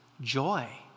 joy